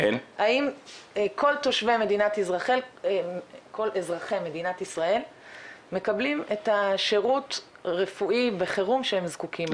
האם כל אזרחי מדינת ישראל מקבלים את השירות רפואי בחירום שהם זקוקים לו?